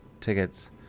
tickets